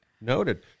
noted